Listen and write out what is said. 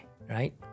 right